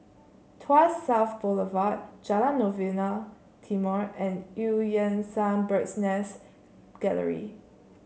Tuas South Boulevard Jalan Novena Timor and Eu Yan Sang Bird's Nest Gallery